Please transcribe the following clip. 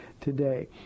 today